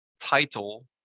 title